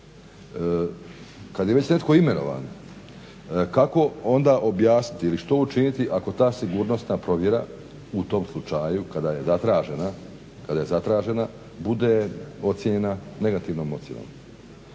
Kad je već netko imenovan kako onda objasniti ili što učiniti ako ta sigurnosna provjera u tom slučaju kada je zatražena bude ocijenjena negativnom ocjenom.